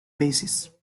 basis